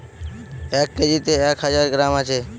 এক কেজিতে এক হাজার গ্রাম আছে